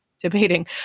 debating